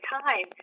time